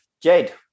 jade